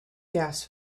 gas